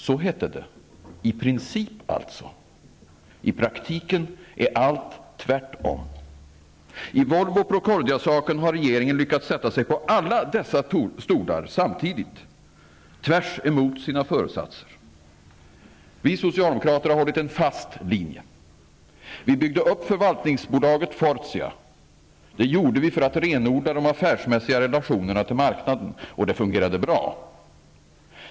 Så hette det -- i princip alltså. I praktiken är allt tvärtom. I Volvo-Procordiasaken har regeringen lyckats sätta sig på alla dessa stolar samtidigt, tvärtemot sina föresatser. Vi socialdemokrater har hållit en fast linje. Vi byggde upp förvaltningsbolaget Fortia. Det gjorde vi för att renodla de affärsmässiga relationerna till marknaden, och det fungerade bra.